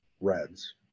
reds